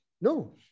No